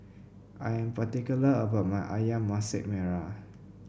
I am particular about my ayam Masak Merah